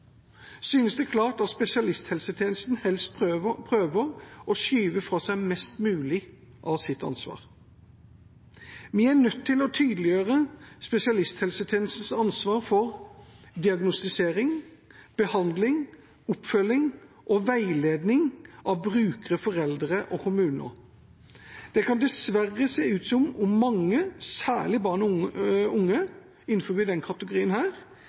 synes det klart at spesialisthelsetjenesten prøver å skyve fra seg mest mulig av sitt ansvar. Vi er nødt til å tydeliggjøre spesialisthelsetjenestens ansvar for diagnostisering, behandling, oppfølging og veiledning av brukere, foreldre og kommuner. Det kan dessverre se ut som om mange, særlig barn og unge innenfor denne kategorien,